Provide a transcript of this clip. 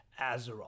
Azeroth